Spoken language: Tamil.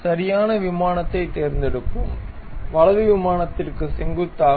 சரியான தளத்தைத் தேர்ந்தெடுப்போம் வலது தளத்திற்கு செங்குத்தாக